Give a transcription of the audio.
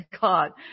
God